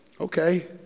Okay